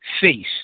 face